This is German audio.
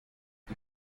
die